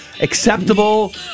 Acceptable